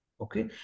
Okay